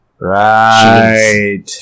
Right